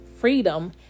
freedom